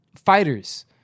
Fighters